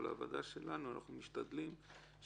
אבל אני רוצה לציין שבוועדה שלנו אנחנו משתדלים לקיים